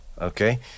okay